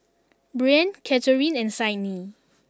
Breann Catharine and Sydnee